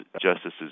Justices